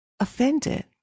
offended